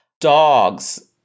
dogs